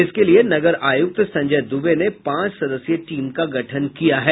इसके लिए नगर आयुक्त संजय दूबे ने पांच सदस्यीय टीम का गठन किया है